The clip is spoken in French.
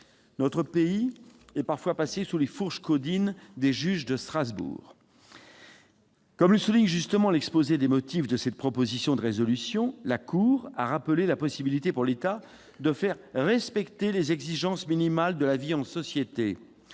Notre pays est parfois passé sous les fourches caudines des juges de Strasbourg. Comme le souligne justement l'exposé des motifs de cette proposition de résolution, la Cour a rappelé la possibilité pour l'État de faire « respecter les exigences minimales de la vie en société ».